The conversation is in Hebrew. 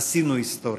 עשינו היסטוריה.